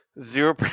Zero